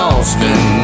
Austin